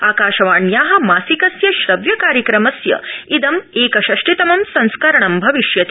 आकाशवाण्याः मासिकस्य श्रव्य कार्यक्रमस्य इदम् एकषष्टितमं संस्करणं भविष्यति